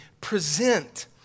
present